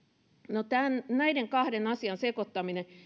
no näiden kahden asian sekoittaminen